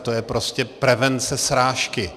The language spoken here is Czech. To je prostě prevence srážky.